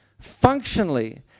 functionally